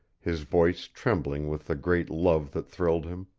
his voice trembling with the great love that thrilled him.